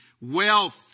wealth